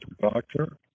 doctor